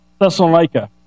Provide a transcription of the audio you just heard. Thessalonica